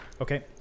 Okay